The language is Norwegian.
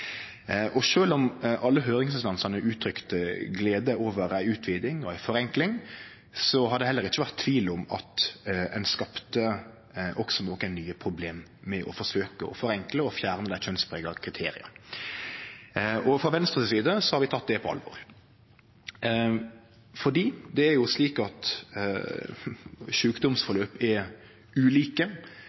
Og sjølv om alle høyringsinstansane uttrykte glede over ei utviding og ei forenkling, har det heller ikkje vore tvil om at ein også skapte nokre nye problem med å forsøke å forenkle og fjerne dei skjønnsprega kriteria. Frå Venstres side har vi tatt det på alvor, for sjukdomsforløp er ulike, og det er klart at